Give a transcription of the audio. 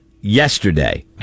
yesterday